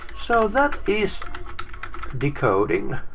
so that is decoding.